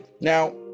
now